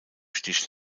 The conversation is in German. stich